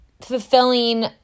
fulfilling